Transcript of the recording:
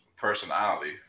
personality